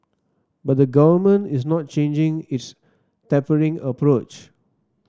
but the Government is not changing its tapering approach